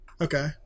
Okay